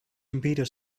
impetus